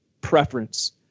preference